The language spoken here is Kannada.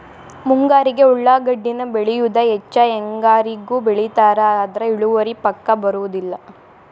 ಮುಂಗಾರಿಗೆ ಉಳಾಗಡ್ಡಿನ ಬೆಳಿಯುದ ಹೆಚ್ಚ ಹೆಂಗಾರಿಗೂ ಬೆಳಿತಾರ ಆದ್ರ ಇಳುವರಿ ಪಕ್ಕಾ ಬರುದಿಲ್ಲ